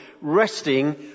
resting